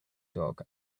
dog